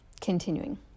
Continuing